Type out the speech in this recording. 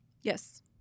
Yes